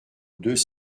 deux